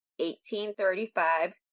1835